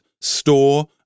store